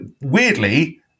weirdly